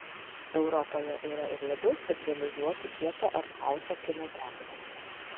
europoje yra ir labiau specializuotų kieto arthauso kino teatrų